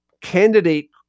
candidate